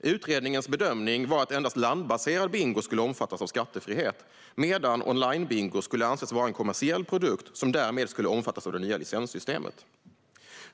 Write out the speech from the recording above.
Utredningens bedömning var att endast landbaserad bingo skulle omfattas av skattefrihet medan onlinebingo skulle anses vara en kommersiell produkt som därmed skulle omfattas av det nya licenssystemet.